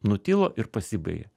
nutilo ir pasibaigė